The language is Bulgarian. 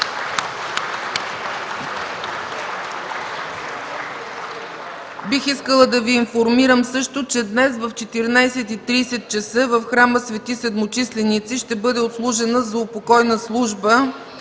Бих искала също да Ви информирам, че днес, в 14,30 ч., в храма „Св. Седмочисленици” ще бъде отслужена заупокойна служба